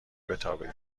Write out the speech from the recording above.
بتابیم